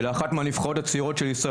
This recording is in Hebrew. לאחת מהנבחרות הצעירות של ישראל,